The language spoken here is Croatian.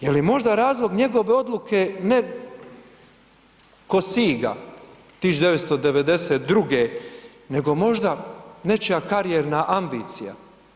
Je li možda razlog njegove odluke ne Cossiga 1992., nego možda nečija karijerna ambicija?